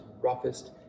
roughest